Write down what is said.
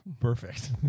Perfect